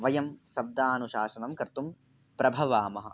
वयं शब्दानुशासनं कर्तुं प्रभवामः